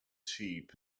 sheep